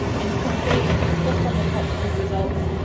and you can see just from the top few results,